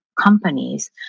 companies